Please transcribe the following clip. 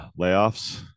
layoffs